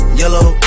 yellow